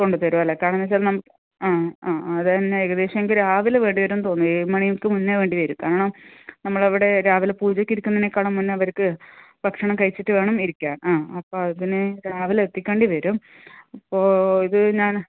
കൊണ്ട് തരുവല്ലേ കാരണോന്ന് വെച്ചാൽ ആ ആ അതന്നെ ഏകദേശം എനിക്ക് രാവിലെ വേണ്ടി വരും തോന്നെ ഏഴ് മണിക്ക് മുൻപെ വേണ്ടി വരും കാരണം നമ്മളവിടെ രാവിലെ പൂജയ്ക്കിരിക്കുന്നതിനേക്കാളും മുന്നേ അവർക്ക് ഭക്ഷണം കഴിച്ചിട്ട് വേണം ഇരിക്കാൻ ആ അപ്പം അതിന് രാവിലെ എത്തിക്കേണ്ടി വരും അപ്പോൾ ഇത് ഞാൻ